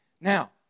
Now